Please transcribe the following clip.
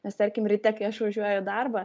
nes tarkim ryte kai aš važiuoju į darbą